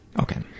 Okay